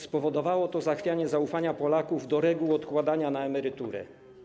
Spowodowało to zachwianie zaufania Polaków do reguł odkładania na emeryturę.